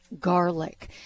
garlic